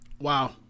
Wow